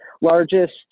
largest